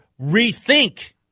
rethink